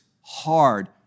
hard